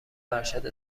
ارشد